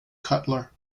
cutler